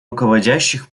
руководящих